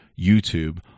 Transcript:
YouTube